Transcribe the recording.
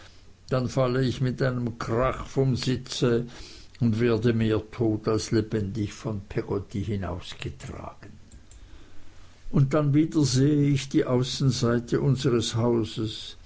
dann falle ich mit einem krach vom sitze und werde mehr tot als lebendig von peggotty hinausgetragen und dann wieder sehe ich die außenseite unseres hauses